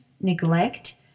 neglect